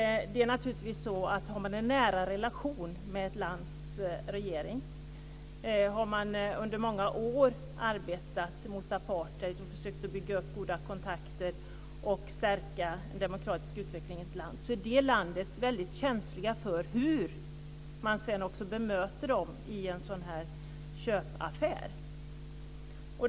Det är naturligtvis så att vi har en nära relation till detta lands regering. Vi har under många år arbetat mot apartheid och försökt bygga upp goda kontakter och stärka den demokratiska utvecklingen. Då är det klart att man i detta land är väldigt känslig för hur man blir bemött i en sådan här köpaffär.